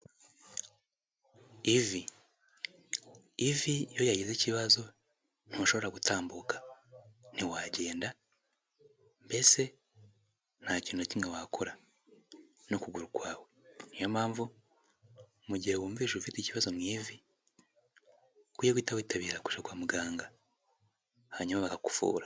Ivi, ivi iyo ryagize ikibazo ntushobora gutambuka, ntiwagenda, mbese ntakintu na kimwe wakora n'ukuguru kwawe, niyo mpamvu mu gihe wumvise ufite ikibazo mu ivi, ukwiye guhita witabira kujya kwa muganga hanyuma bakakuvura.